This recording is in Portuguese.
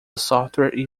software